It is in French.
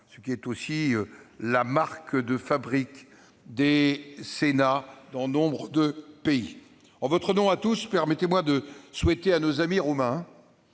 État, car c'est la marque de fabrique des Sénats dans nombre de pays. En votre nom à tous, permettez-moi de souhaiter à nos amis roumains